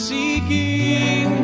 Seeking